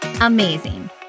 Amazing